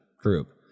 group